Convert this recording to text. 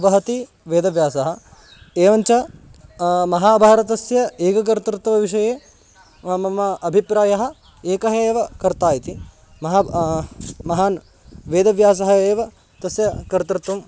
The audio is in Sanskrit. वहति वेदव्यासः एवञ्च महाभारतस्य एककर्तृत्वविषये मम अभिप्रायः एकः एव कर्ता इति महाब् महान् वेदव्यासः एव तस्य कर्तृत्वं